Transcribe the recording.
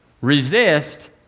resist